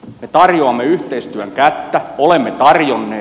me tarjoamme yhteistyön kättä olemme tarjonneet